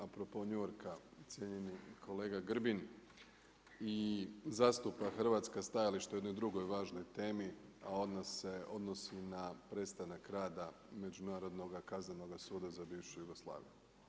A propos New Yorka cijenjeni kolega Grbin i zastupa hrvatska stajališta o jednoj drugoj važnoj temi, a ona se odnosi na prestanak rada Međunarodnoga kaznenoga suda za bivšu Jugoslaviju.